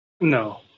No